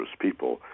people